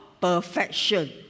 perfection